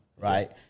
Right